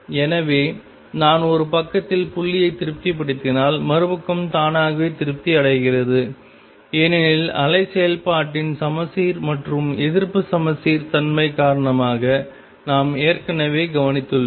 எனவே நான் ஒரு பக்கத்தில் புள்ளியை திருப்திப்படுத்தினால் மறுபக்கம் தானாகவே திருப்தி அடைகிறது ஏனெனில் அலை செயல்பாட்டின் சமச்சீர் மற்றும் எதிர்ப்பு சமச்சீர் தன்மை காரணமாக நாம் ஏற்கனவே கவனித்துள்ளோம்